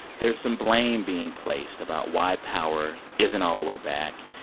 there's some blame being placed about why power isn't all the way back.